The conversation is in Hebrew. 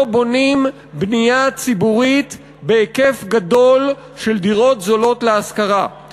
בונים בנייה ציבורית של דירות זולות להשכרה בהיקף גדול.